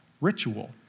ritual